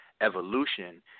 evolution